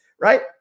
right